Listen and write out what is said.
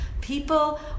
People